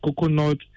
coconut